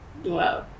Wow